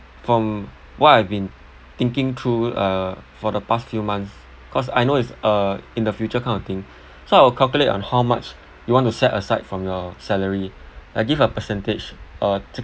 from what I've been thinking through uh for the past few months because I know it's uh in the future kind of thing so I will calculate on how much you want to set aside from your salary I give a percentage uh